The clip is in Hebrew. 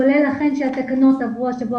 כולל אכן שהתקנות עברו ביום שני השבוע